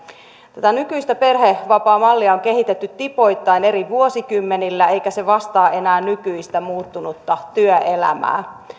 tätä nykyistä perhevapaamallia on kehitetty tipoittain eri vuosikymmenillä eikä se vastaa enää nykyistä muuttunutta työelämää